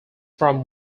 from